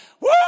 Woo